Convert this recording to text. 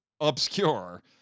obscure